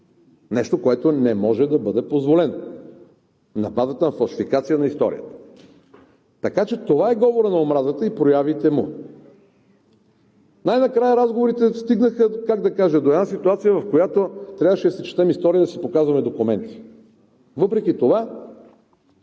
нещо, което не може да бъде позволено на базата на фалшификация на историята. Това е говорът на омразата и проявите му. Най-накрая разговорите стигнаха, как да кажа, до ситуация, в която трябваше да четем история и да си показваме документи. Въпреки това